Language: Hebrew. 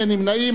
אין נמנעים.